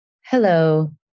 Hello